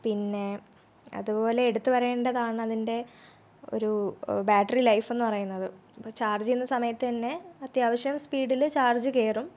പിന്നെ അതുപോലെ എടുത്തു പറയേണ്ടതാണ് അതിൻ്റെ ഒരു ബാറ്ററി ലൈഫെന്ന് പറയുന്നത് ഇപ്പോൾ ചാർജ് ചെയ്യുന്ന സമയത്തന്നെ അത്യാവശ്യം സ്പീഡില് ചാർജ് കയറും